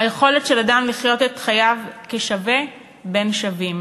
היכולת של אדם לחיות את חייו כשווה בין שווים,